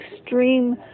extreme